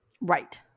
Right